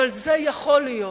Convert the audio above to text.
אבל זה יכול להיות